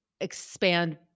expand